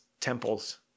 temples